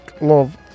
Love